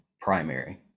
primary